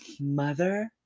mother